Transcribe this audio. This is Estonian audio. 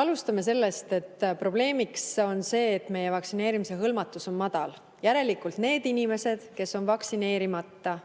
Alustame sellest, et probleemiks on see, et meie vaktsineeritusega hõlmatus on madal. Järelikult need inimesed, kes on vaktsineerimata,